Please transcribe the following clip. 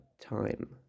time